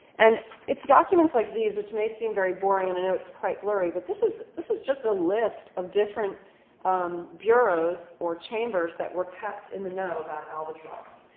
and it's documents like these, which may seem very boring and i know it's quiet blurry, but this is this is just a list of different um bureaus or chambers that were kept in the know about albatross.